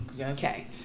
Okay